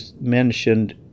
mentioned